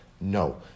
no